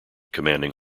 commanding